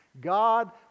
God